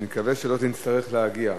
אני מקווה שלא תצטרך להגיע.